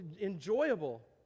enjoyable